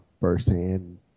firsthand